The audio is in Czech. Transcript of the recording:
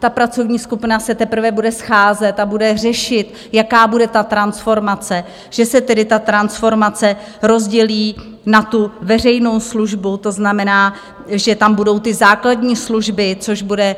Ta pracovní skupina se teprve bude scházet a bude řešit, jaká bude ta transformace že se tedy transformace rozdělí na veřejnou službu, to znamená, že tam budou ty základní služby, což bude